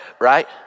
right